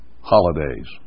holidays